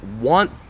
want